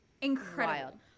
incredible